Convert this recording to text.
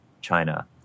China